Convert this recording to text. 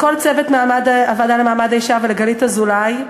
לכל צוות הוועדה לקידום מעמד האישה ולדלית אזולאי.